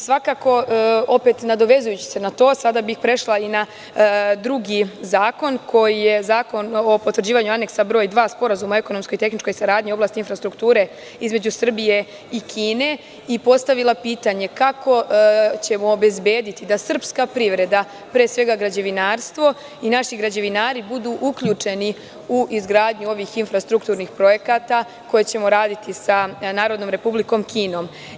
Svakako opet nadovezujući se na to, sada bih prešla na drugi zakon koji je Zakon o potvrđivanju Aneksa broj 2. Sporazuma o ekonomskoj i tehničkoj saradnji u oblasti infrastrukture između Srbije i Kine i postavila pitanje – kako ćemo obezbediti da srpska privreda, pre svega građevinarstvo i naši građevinari budu uključeni u izgradnju ovih infrastrukturnih projekata koje ćemo raditi sa Narodnom Republikom Kinom?